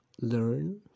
learn